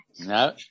No